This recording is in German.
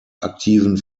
aktiven